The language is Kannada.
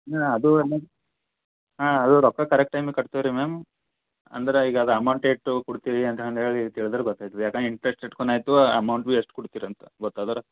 ಹಾಂ ಅದು ಅಮೌಂಟ್ ಹಾಂ ಅದು ರೊಕ್ಕ ಕರೆಕ್ಟ್ ಟೈಮಿಗೆ ಕಟ್ತೆವೆ ರೀ ಮ್ಯಾಮ್ ಅಂದ್ರೆ ಈಗ ಅದು ಅಮೌಂಟ್ ಎಷ್ಟು ಕೊಡ್ತೀರಿ ಅಂತಂದೇಳಿ ತಿಳದ್ರೆ ಗೊತ್ತಾಯ್ತದೆ ಯಾಕಂದ್ರೆ ಇಂಟ್ರೆಸ್ಟ್ ಎಷ್ಟ್ ಕೊನ್ ಆಯಿತು ಅಮೌಂಟ್ ಭಿ ಎಷ್ಟು ಕೊಡ್ತೀರಾ ಅಂತ ಗೊತ್ತಾದರೆ